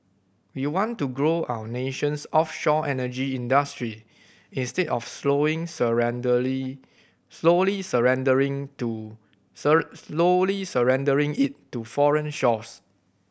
we want to grow our nation's offshore energy industry instead of slowing slowly surrendering to slowly surrendering it to foreign shores